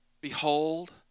behold